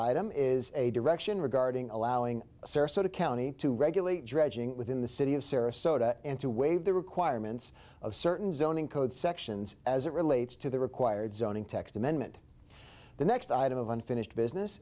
item is a direction regarding allowing sarasota county to regulate dredging within the city of sarasota and to waive the requirements of certain zoning code sections as it relates to the required zoning text amendment the next item of unfinished business